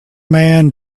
man